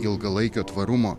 ilgalaikio tvarumo